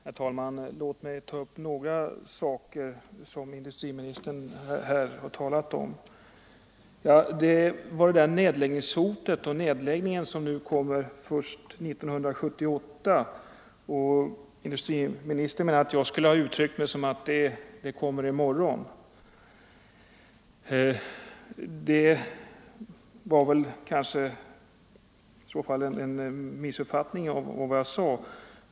Herr talman! Låt mig ta upp några saker som industriministern här har talat om. Beträffande hotet om den nedläggning som kommer först 1978 menar industriministern att jag skulle ha uttryckt mig som om nedläggningen skulle ske i morgon. Det var kanske i så fall en missuppfattning av vad jag sade.